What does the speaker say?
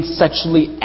sexually